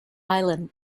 island